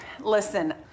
Listen